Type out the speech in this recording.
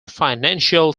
financial